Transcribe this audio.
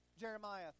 Jeremiah